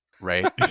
right